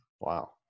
Wow